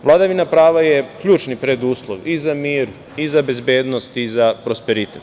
Vladavina prava je ključni preduslov i za mir i za bezbednost i za prosperitet.